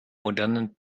modernen